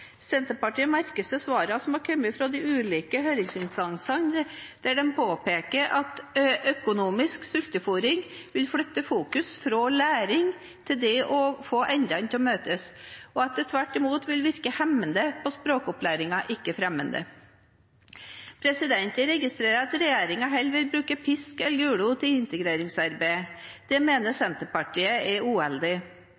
Senterpartiet merker seg svarene som er kommet fra de ulike høringsinstansene, der det påpekes at økonomisk sultefôring vil flytte fokus fra læring til det å få endene til å møtes, og at det tvert imot vil virke hemmende på språkopplæringen, ikke fremmende. Jeg registrerer at regjeringen heller vil bruke pisk enn gulrot i integreringsarbeidet. Det mener